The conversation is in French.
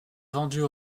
vendues